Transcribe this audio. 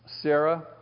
Sarah